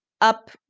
up